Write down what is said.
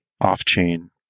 off-chain